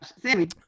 Sammy